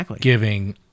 giving